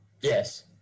yes